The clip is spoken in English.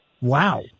wow